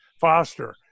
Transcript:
Foster